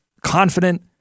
confident